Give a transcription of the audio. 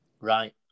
right